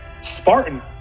Spartan